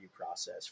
process